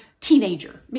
teenager